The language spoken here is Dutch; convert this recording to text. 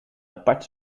apart